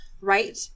right